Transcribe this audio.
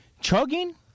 chugging